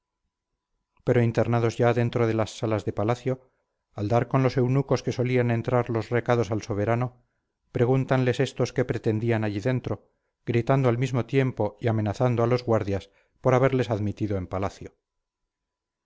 pero internados ya dentro de las salas de palacio al dar con los eunucos que solían entrar los recados al soberano pregúntanles éstos qué pretendían allí dentro gritando al mismo tiempo y amenazando a los guardias por haberles admitido en palacio